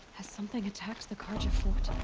has something attacked the carja fort?